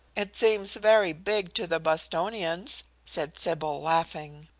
it seems very big to the bostonians, said sybil, laughing.